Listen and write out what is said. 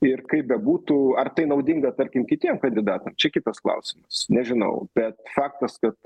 ir kaip bebūtų ar tai naudinga tarkim kitiem kandidatam čia kitas klausimas nežinau bet faktas kad